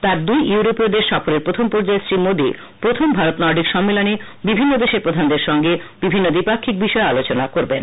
তাঁর দুই ইউরোপীয় দেশ সফরের প্রথম পর্যায়ে শ্রী মোদী আজ প্রথম ভারত নর্ডিক সম্মেলনে বিভিন্ন দেশের প্রধানদের সঙ্গে বিভিন্ন দ্বি পাক্ষিক বিষয়ে আলোচনা করবেন